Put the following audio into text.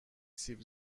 سیب